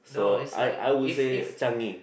so I I would say Changi